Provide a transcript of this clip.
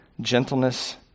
gentleness